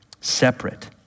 separate